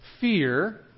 Fear